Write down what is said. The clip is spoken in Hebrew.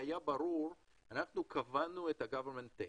ששינסקי קבענו את ה-government take